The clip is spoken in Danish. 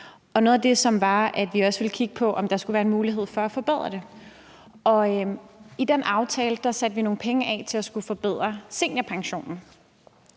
Noget af det var, at vi også ville kigge på, om der skulle være en mulighed for at forbedre det, og i den aftale satte vi nogle penge af til at skulle forbedre seniorpensionen.